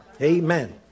Amen